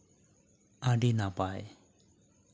ᱟᱹᱰᱤ ᱱᱟᱯᱟᱭ